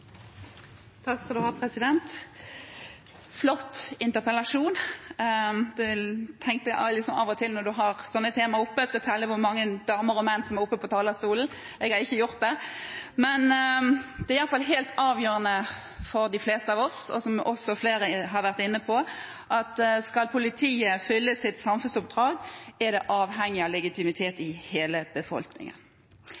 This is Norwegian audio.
flott interpellasjon. Man tenker av og til når man har sånne temaer oppe, at man skal telle hvor mange damer og menn som er oppe på talerstolen – jeg har ikke gjort det. Det er iallfall helt avgjørende for de fleste av oss – som også flere har vært inne på – at skal politiet fylle sitt samfunnsoppdrag, er de avhengige av legitimitet